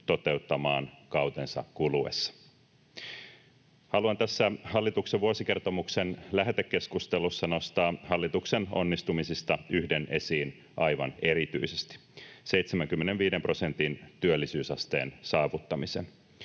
toteuttamaan kautensa kuluessa. Haluan tässä hallituksen vuosikertomuksen lähetekeskustelussa nostaa hallituksen onnistumisista yhden esiin aivan erityisesti: 75 prosentin työllisyysasteen saavuttamisen.